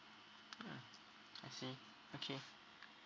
mm I see okay